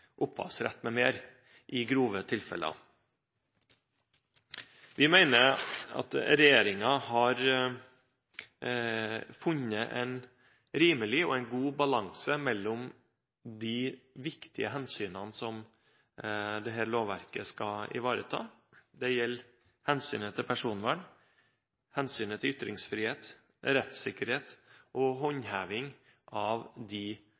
i grove tilfeller. Vi mener at regjeringen har funnet en rimelig god balanse mellom de viktige hensynene som dette lovverket skal ivareta. Det gjelder hensynet til personvern, hensynet til ytringsfrihet og rettssikkerhet og håndheving av de